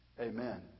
Amen